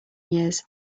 years